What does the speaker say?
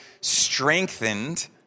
strengthened